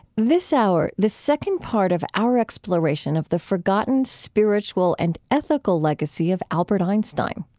this hour, the second part of our exploration of the forgotten spiritual and ethical legacy of albert einstein.